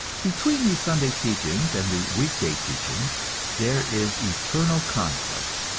between these sunday teachings and the week-day teachings there is eternal conflict,